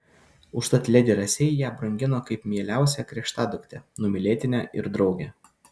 užtat ledi rasei ją brangino kaip mieliausią krikštaduktę numylėtinę ir draugę